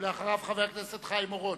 ואחריו חבר הכנסת חיים אורון.